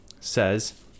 says